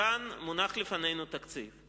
כאן מונח לפנינו תקציב,